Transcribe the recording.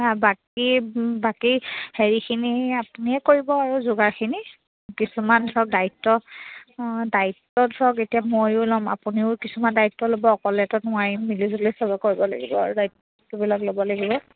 বাকী বাকী হেৰিখিনি আপুনিয়ে কৰিব আৰু যোগাৰখিনি কিছুমান ধৰক দায়িত্ব অঁ দায়িত্ব ধৰক এতিয়া মইও ল'ম আপুনিও কিছুমান দায়িত্ব ল'ব অকলেতো নোৱাৰিম মিলিজুলি সবে কৰিব লাগিব আৰু দায়িত্ববিলাক ল'ব লাগিব